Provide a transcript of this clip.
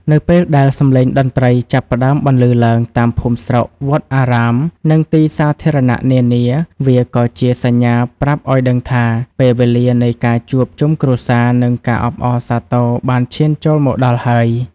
នៅពេលដែលសម្លេងតន្ត្រីចាប់ផ្តើមបន្លឺឡើងតាមភូមិស្រុក វត្តអារាម និងទីសាធារណៈនានា វាក៏ជាសញ្ញាប្រាប់ឱ្យដឹងថា ពេលវេលានៃការជួបជុំគ្រួសារ និងការអបអរសាទរបានឈានចូលមកដល់ហើយ។